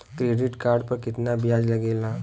Credit card पर कितना ब्याज लगेला?